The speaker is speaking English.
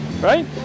right